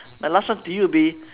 my last one to you would be